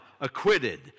acquitted